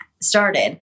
started